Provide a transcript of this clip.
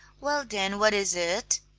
well, then, what is it?